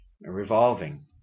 revolving